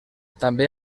també